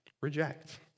reject